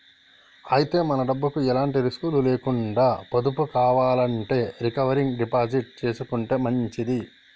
అయితే మన డబ్బుకు ఎలాంటి రిస్కులు లేకుండా పొదుపు కావాలంటే రికరింగ్ డిపాజిట్ చేసుకుంటే మంచిది